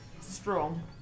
strong